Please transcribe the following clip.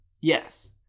yes